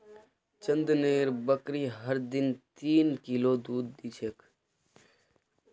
चंदनेर बकरी हर दिन तीन किलो दूध दी छेक